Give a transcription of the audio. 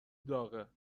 داغه